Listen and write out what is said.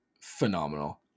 phenomenal